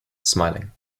smiling